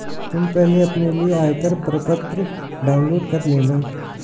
तुम पहले अपने लिए आयकर प्रपत्र डाउनलोड कर लेना